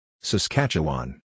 Saskatchewan